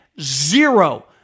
zero